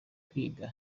kwiga